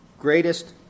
greatest